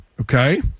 Okay